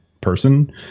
person